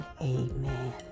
Amen